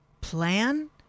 plan